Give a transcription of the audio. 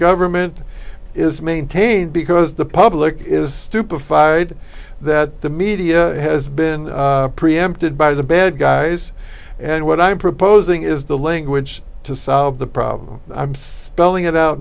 government is maintained because the public is stupefied that the media has been preempted by the bad guys and what i'm proposing is the language to solve the problem i'm spelling it out